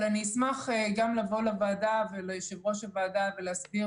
אבל אני אשמח לבוא לוועדה וליושב-ראש הוועדה ולהסביר